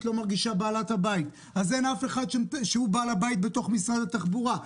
לא מרגישה בעלת הבית אז אין אף אחד שהוא בעל הבית בתוך משרד התחבורה,